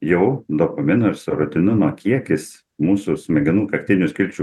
jau dopamino ir serotonino kiekis mūsų smegenų kaktinių skilčių